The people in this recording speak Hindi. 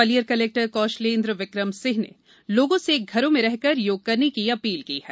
ग्वालियर कलेक्टर कौशलेन्द्र विक्रम सिंह ने लोगों से घरों में रहकर योग करने की अपील की है